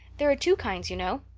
there are two kinds, you know.